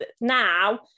now